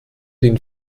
den